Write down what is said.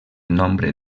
nombre